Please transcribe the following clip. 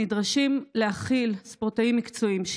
נדרשים להכיל ספורטאים מקצועיים.